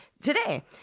today